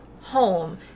home